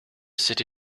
city